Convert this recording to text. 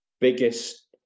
biggest